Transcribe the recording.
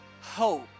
hope